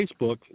Facebook